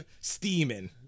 steaming